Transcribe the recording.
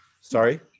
Sorry